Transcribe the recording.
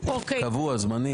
קבוע, זמני.